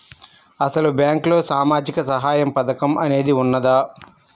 అసలు బ్యాంక్లో సామాజిక సహాయం పథకం అనేది వున్నదా?